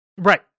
Right